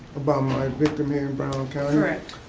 about my victim here in brown county. correct.